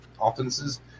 offenses